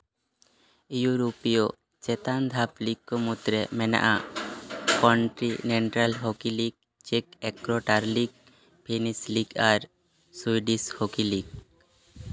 ᱤᱭᱩᱨᱳᱯᱤᱭᱚ ᱪᱮᱛᱟᱱ ᱫᱷᱟᱯ ᱞᱤᱜᱽ ᱠᱚ ᱢᱩᱫᱽᱨᱮ ᱢᱮᱱᱟᱜᱼᱟ ᱠᱚᱱᱴᱤᱱᱮᱱᱴᱟᱞ ᱦᱚᱠᱤ ᱞᱤᱜᱽ ᱪᱮᱠ ᱮᱠᱨᱳᱴᱟᱨᱞᱤᱠ ᱯᱷᱤᱱᱤᱥ ᱞᱤᱜᱽ ᱟᱨ ᱥᱩᱭᱰᱤᱥ ᱦᱚᱠᱤ ᱞᱤᱜᱽ